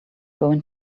going